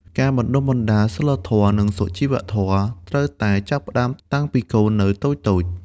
ការបណ្ដុះបណ្ដាលសីលធម៌ និងសុជីវធម៌ ត្រូវតែចាប់ផ្ដើមតាំងពីកូននៅតូចៗ។